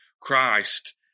Christ